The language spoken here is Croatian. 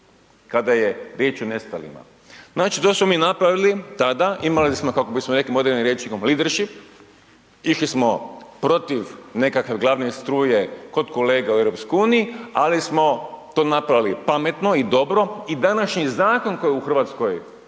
kada je riječ o nestalima. Znači, da smo mi napravili tada, imali smo kako bismo rekli modernim rječnikom…/Govornik se ne razumije/…išli smo protiv nekakve glavne struje kod kolega u EU, ali smo to napravili pametno i dobro i današnji zakon koji je u RH želimo